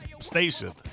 station